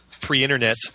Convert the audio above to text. pre-internet